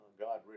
God